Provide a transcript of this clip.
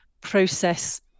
process